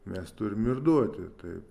mes turim ir duoti tai